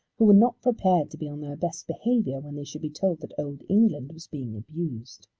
who were not prepared to be on their best behaviour when they should be told that old england was being abused.